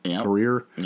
career